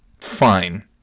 Fine